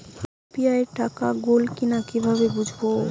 UPI টাকা গোল কিনা কিভাবে বুঝব?